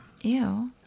Ew